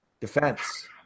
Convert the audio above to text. Defense